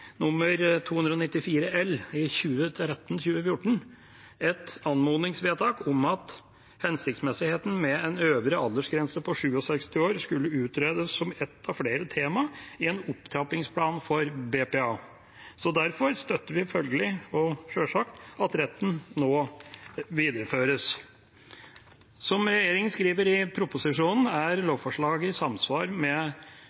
294 L for 20132014 et anmodningsforslag om at hensikten med en øvre aldersgrense på 67 år skulle utredes som ett av flere temaer i en opptrappingsplan for BPA. Følgelig støtter vi sjølsagt at retten nå videreføres. Som regjeringa skriver i proposisjonen, er